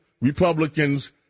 Republicans